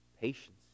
patience